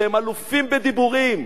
שהם אלופים בדיבורים,